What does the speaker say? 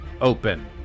Open